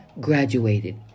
graduated